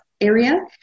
area